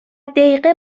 دیقه